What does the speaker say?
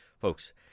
folks